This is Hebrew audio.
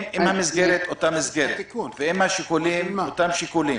אם המסגרת היא אותה מסגרת ואם השיקולים הם אותם שיקולים